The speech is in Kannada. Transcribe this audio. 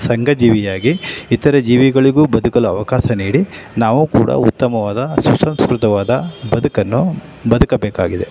ಸಂಘಜೀವಿಯಾಗಿ ಇತರೆ ಜೀವಿಗಳಿಗೂ ಬದುಕಲು ಅವಕಾಶ ನೀಡಿ ನಾವೂ ಕೂಡ ಉತ್ತಮವಾದ ಸುಸಂಸ್ಕೃತವಾದ ಬದುಕನ್ನು ಬದುಕಬೇಕಾಗಿದೆ